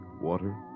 water